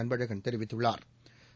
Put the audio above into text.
அன்பழகன் தெரிவித்துள்ளாா்